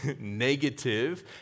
negative